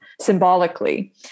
symbolically